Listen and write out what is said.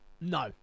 No